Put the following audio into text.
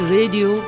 Radio